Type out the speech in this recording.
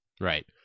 Right